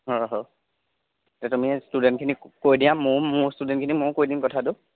হয় হয় তেতিয়া তুমি ষ্টুডেন্টখিনিক কৈ দিয়া ময়ো মোৰ ষ্টুডেন্টখিনিক ময়ো কৈ দিম কথাটো